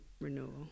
renewal